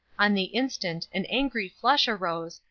on the instant an angry flush arose,